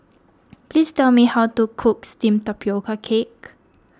please tell me how to cook Steamed Tapioca Cake